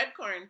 Redcorn